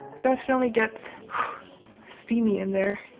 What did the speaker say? definitely gets steamy in there.